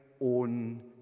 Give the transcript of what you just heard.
own